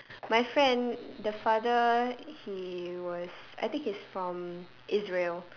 my friend the father he was I think he's from israel